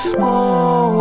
Small